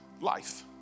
life